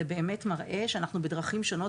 זה באמת מראה שאנחנו בדרכים שונות,